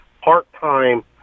part-time